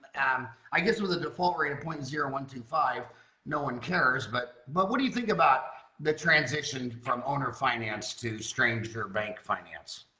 um i guess with a default rate of point zero one two five no one cares but but what do you think about the transition from owner finance to stranger bank finance?